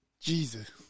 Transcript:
Jesus